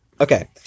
Okay